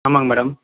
ஆமாம்ங்க மேடம்